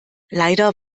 leider